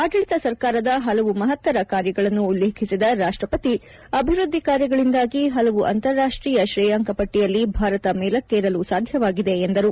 ಅಡಳಿತ ಸರ್ಕಾರದ ಹಲವು ಮಹತ್ತರ ಕಾರ್ಯಗಳನ್ನು ಉಲ್ಲೇಖಿಸಿದ ರಾಷ್ಲಪತಿ ಅಭಿವೃದ್ದಿ ಕಾರ್ಯಗಳಿಂದಾಗಿ ಹಲವು ಅಂತರಾಷ್ಲಿಯ ಶ್ರೇಯಾಂಕ ಪಟ್ಲಯಲ್ಲಿ ಭಾರತ ಮೇಲಕ್ಕೇರಲು ಸಾಧ್ಯವಾಗಿದೆ ಎಂದರು